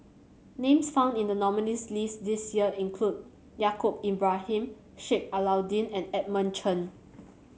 names found in the nominees' list this year include Yaacob Ibrahim Sheik Alau'ddin and Edmund Chen